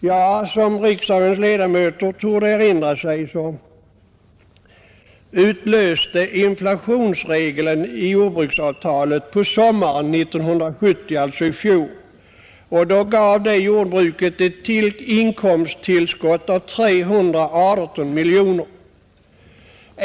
Ja, som riksdagens ledamöter torde erinra sig utlöstes inflationsregeln i jordbruksavtalet på sommaren 1970, alltså i fjol, vilket gav jordbruket ett inkomsttillskott om 318 miljoner kronor.